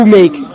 make